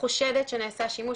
שחושדת שנעשה שימוש